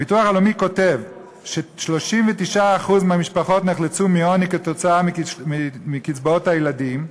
הביטוח הלאומי כותב ש-39% מהמשפחות נחלצו מעוני כתוצאה מקצבאות הילדים.